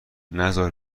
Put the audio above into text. نزار